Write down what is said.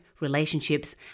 relationships